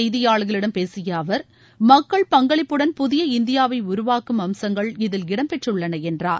செய்தியாளர்களிடம் பேசியஅவர் மக்கள் பங்களிப்புடன் புதிய சிம்லாவில் இந்தியாவைஉருவாக்கும் அம்சங்கள் இதில் இடம்பெற்றுள்ளனஎன்றார்